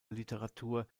literatur